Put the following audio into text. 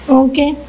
okay